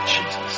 Jesus